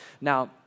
Now